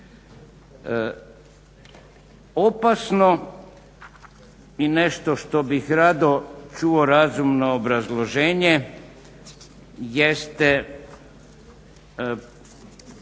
Opasno mi nešto što bih rado čuo razumno obrazloženje jeste